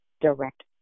direct